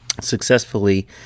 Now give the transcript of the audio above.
successfully